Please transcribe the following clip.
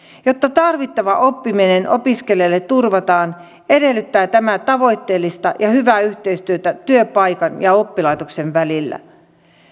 jotta tarvittava oppiminen opiskelijalle turvataan edellyttää tämä tavoitteellista ja hyvää yhteistyötä työpaikan ja oppilaitoksen välillä